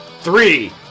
three